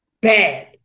Bad